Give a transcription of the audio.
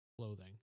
clothing